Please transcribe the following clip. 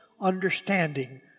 understanding